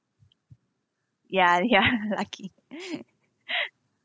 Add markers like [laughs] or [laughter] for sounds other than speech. ya ya lucky [laughs]